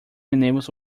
enables